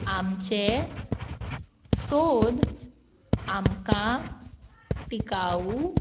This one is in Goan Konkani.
आमचे सोद आमकां टिकाऊ